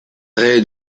rez